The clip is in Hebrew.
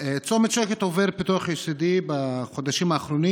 צומת שוקת עובר פיתוח יסודי בחודשים האחרונים